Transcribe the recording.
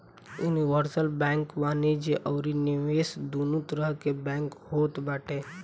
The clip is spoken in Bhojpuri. यूनिवर्सल बैंक वाणिज्य अउरी निवेश दूनो तरह के बैंक होत बाटे